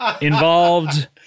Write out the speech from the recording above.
involved